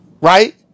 right